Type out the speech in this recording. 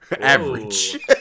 Average